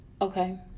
Okay